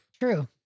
True